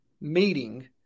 meeting